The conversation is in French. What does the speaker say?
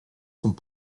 sont